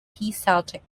celtic